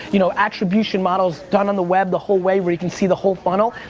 you know attribution models done on the web, the whole way where you can see the whole funnel,